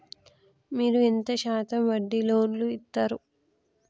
మీరు ఎంత శాతం వడ్డీ లోన్ ఇత్తరు?